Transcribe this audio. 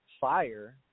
fire